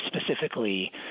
specifically